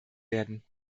werden